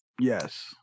yes